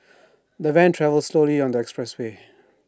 the van travelled slowly on the expressway